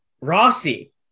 Rossi